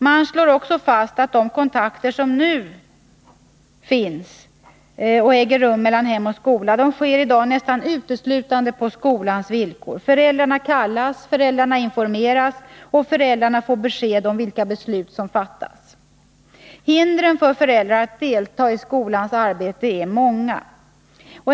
Man slår också fast att de kontakter som i dag äger rum mellan hem och skola nästan uteslutande sker på skolans villkor. Föräldrarna kallas, föräldrarna informeras och föräldrarna får besked om vilka beslut som fattats. Hindren för föräldrar att delta i skolans arbete är många.